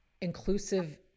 inclusive